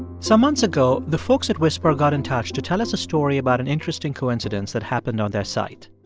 some months ago, the folks at whisper got in touch to tell us a story about an interesting coincidence that happened on their site.